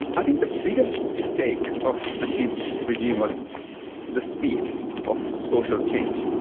i think the biggest mistake of nasheed's regime was the speed of social change.